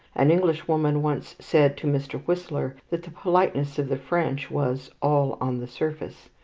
an englishwoman once said to mr. whistler that the politeness of the french was all on the surface,